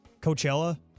Coachella